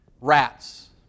rats